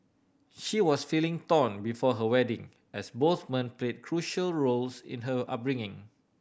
she was feeling torn before her wedding as both men play crucial roles in her upbringing